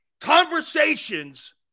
conversations